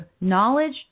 knowledge